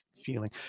feeling